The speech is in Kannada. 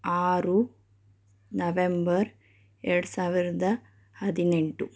ಆರು ನವೆಂಬರ್ ಎರಡು ಸಾವಿರದ ಹದಿನೆಂಟು